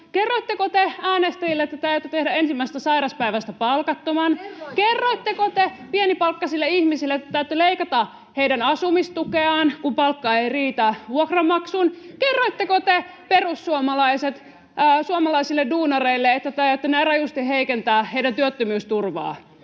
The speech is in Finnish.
Kerroitteko te äänestäjille, että te aiotte tehdä ensimmäisestä sairauspäivästä palkattoman? [Aino-Kaisa Pekonen: Kerroitteko?] Kerroitteko te pienipalkkaisille ihmisille, että te aiotte leikata heidän asumistukeaan, kun palkka ei riitä vuokranmaksuun? Kerroitteko te perussuomalaiset suomalaisille duunareille, että te aiotte näin rajusti heikentää heidän työttömyysturvaansa?